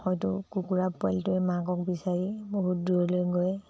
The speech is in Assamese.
হয়টো কুকুৰা পোৱালিটোৱে মাকক বিচাৰি বহুত দূৰলৈ গৈ